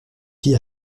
fille